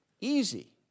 easy